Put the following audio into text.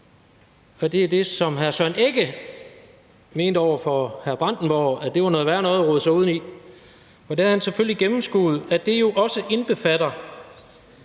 og det var det, som hr. Søren Egge Rasmussen over for hr. Bjørn Brandenborg mente var noget værre noget at rode sig ud i, og der havde han selvfølgelig gennemskuet, at det også indbefatter